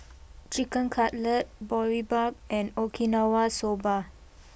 Chicken Cutlet Boribap and Okinawa Soba